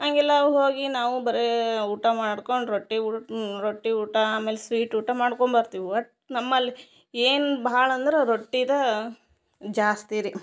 ಹಂಗೆಲ್ಲ ಹೋಗಿ ನಾವು ಬರೇ ಊಟ ಮಾಡ್ಕೊಂಡು ರೊಟ್ಟಿ ಊಟ ಆಮೇಲೆ ಸ್ವೀಟ್ ಊಟ ಮಾಡ್ಕೊಂಡ್ ಬರ್ತಿವಿ ಒಟ್ಟ್ ನಮ್ಮಲ್ಲಿ ಏನು ಭಾಳ ಅಂದರಾ ರೊಟ್ಟಿದಾ ಜಾಸ್ತಿ ರೀ